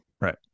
Right